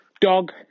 Dog